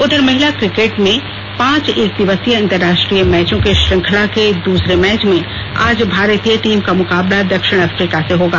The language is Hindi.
उधर महिला क्रिकेट में पांच एक दिवसीय अंतर्राष्ट्रीय मैचों की श्रृंखला के चौथे मैच में आज भारतीय टीम का मुकाबला दक्षिण अफ्रीका से होगा